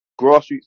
grassroots